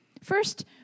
First